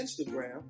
Instagram